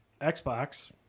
Xbox